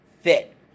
fit